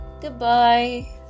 goodbye